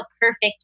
perfect